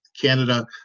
Canada